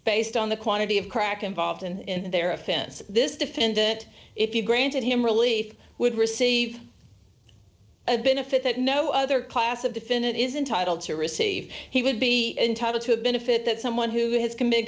based on the quantity of crack involved in their offense this defendant if you granted him relief would receive a benefit that no other class of the finot is entitle to receive he would be entitled to a benefit that someone who has committed